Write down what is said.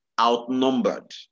outnumbered